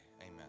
Amen